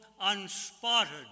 unspotted